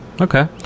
Okay